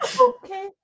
okay